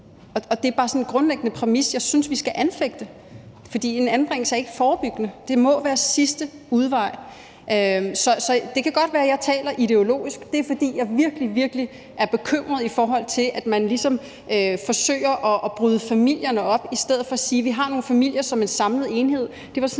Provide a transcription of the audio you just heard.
Det er bare sådan en grundlæggende præmis, jeg synes vi skal anfægte. For en anbringelse er ikke forebyggende, det må være sidste udvej. Det kan godt være, jeg taler ideologisk. Det er, fordi jeg virkelig, virkelig er bekymret over, at man ligesom forsøger at bryde familierne op i stedet for at sige, at vi har en familie som en samlet enhed.